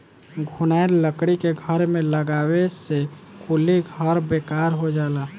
घुनाएल लकड़ी के घर में लगावे से कुली घर बेकार हो जाला